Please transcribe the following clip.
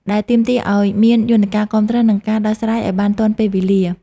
ដែលទាមទារឱ្យមានយន្តការគាំទ្រ និងការដោះស្រាយឱ្យបានទាន់ពេលវេលា។